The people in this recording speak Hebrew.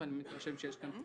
ואני מתרשם שיש כאן פתיחות.